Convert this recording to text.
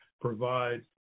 provide